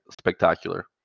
spectacular